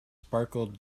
sparkled